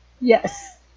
Yes